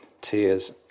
tears